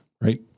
right